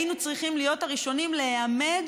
היינו צריכים להיות הראשונים להיעמד